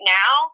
now